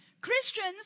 Christians